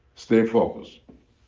stay focused.